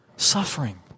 suffering